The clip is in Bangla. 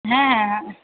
হ্যাঁ হ্যাঁ